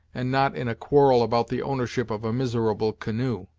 and not in a quarrel about the ownership of a miserable canoe.